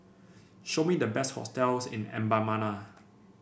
show me the best hotels in Mbabana